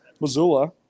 Missoula